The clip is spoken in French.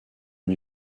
une